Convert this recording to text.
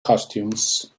costumes